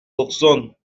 auxonne